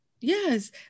yes